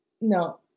No